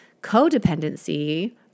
codependency